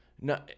No